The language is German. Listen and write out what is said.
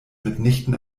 mitnichten